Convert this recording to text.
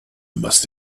must